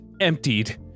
emptied